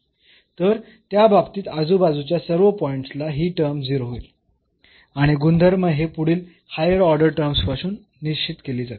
तर त्या बाबतीत आजूबाजूच्या सर्व पॉईंट्सला ही टर्म 0 होईल आणि गुणधर्म हे पुढील हायर ऑर्डर टर्म्स पासून निश्चित केले जातील